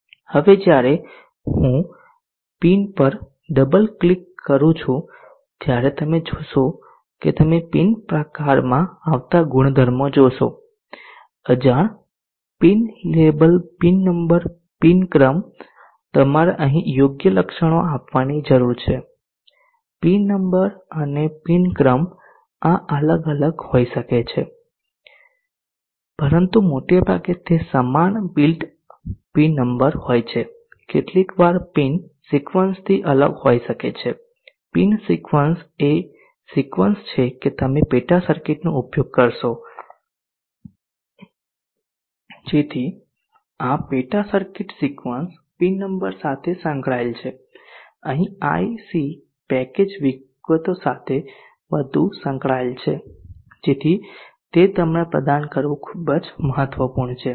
હવે જ્યારે હું પિન પર ડબલ ક્લિક કરું છું ત્યારે તમે જોશો કે તમે પિન પ્રકારમાં આવતા ગુણધર્મો જોશો અજાણ pin label pin number pin ક્રમ તમારે અહીં યોગ્ય લક્ષણો આપવાની જરૂર છે પિન નંબર અને પિન ક્રમ આ અલગ અલગ હોઈ શકે છે પરંતુ મોટાભાગે તે સમાન બિલ્ટ પિન નંબર હોય છે કેટલીકવાર પિન સિક્વન્સથી અલગ હોઈ શકે છે પિન સિક્વન્સ એ સિક્વન્સ છે કે તમે પેટા સર્કિટનો ઉપયોગ કરશો જેથી આ પેટા સર્કિટ સિક્વન્સ પિન નંબર સાથે સંકળાયેલ છે અહીં IC પેકેજ વિગતો સાથે વધુ સંકળાયેલ છે જેથી તે તમને પ્રદાન કરવું ખૂબ જ મહત્વપૂર્ણ છે